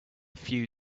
few